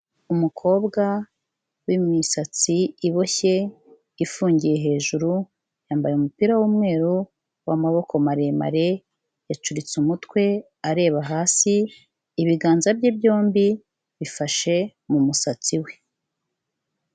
Umukobwa w'imisatsi ibishye ifungiye hejuru yambaye umupira w'umweru w'amaboko maremare yacuritse umutwe areba hasi, ibiganza bye byombi bifashe umusatsi we.